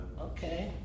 Okay